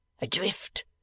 adrift